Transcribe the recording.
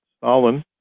Stalin